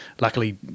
luckily